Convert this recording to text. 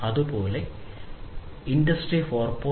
അതുപോലെ വ്യാവസായിക 4